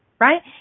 right